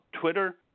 twitter